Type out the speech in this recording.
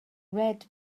red